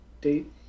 date